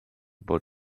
bod